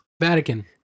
Vatican